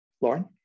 lauren